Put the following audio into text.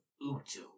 Utu